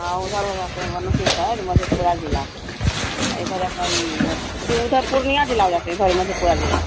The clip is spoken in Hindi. हाँ उधर वह रहते हैं साइड मधेपुरा ज़िला इधर अपना ई उधर पूर्निया ज़िला हो जाते हैं इधर मधेपुरा ज़िला